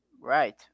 Right